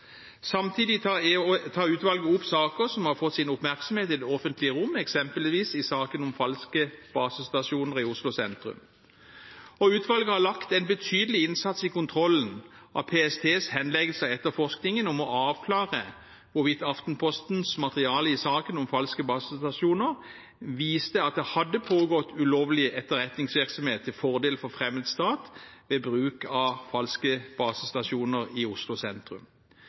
Samtidig tar utvalget opp saker som har fått oppmerksomhet i det offentlige rom, eksempelvis saken om falske basestasjoner i Oslo sentrum. Utvalget har lagt en betydelig innsats i kontrollen av PSTs henleggelse av etterforskningen for å avklare hvorvidt Aftenpostens materiale i saken om falske basestasjoner viste at det hadde pågått ulovlig etterretningsvirksomhet til fordel for fremmed stat ved bruk av falske basestasjoner i Oslo sentrum.